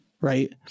right